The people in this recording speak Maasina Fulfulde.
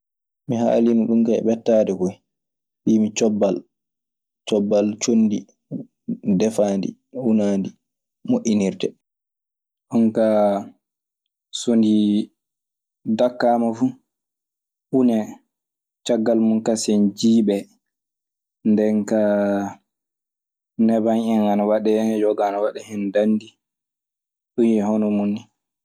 Mi haali ɗun kaa e mettaade koy mbiimi cobbal, cobbal conndi defaandi unaandi moƴƴinirtee. Ɗum kaa so ndi dakkaama fuu unee caggal mum kasen jiiɓee. Ndenkaa neban en ana waɗee hen yoga ana waɗa hen danndi ɗum e hono mum nii.